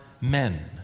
men